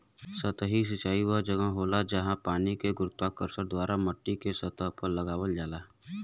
सतही सिंचाई वह जगह होला, जहाँ पानी के गुरुत्वाकर्षण द्वारा माटीके सतह पर लगावल जाला